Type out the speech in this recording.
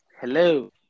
Hello